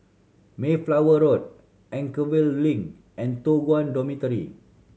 Mayflower Road Anchorvale Link and Toh Guan Dormitory